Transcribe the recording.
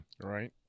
Right